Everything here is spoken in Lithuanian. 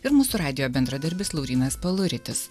ir mūsų radijo bendradarbis laurynas peluritis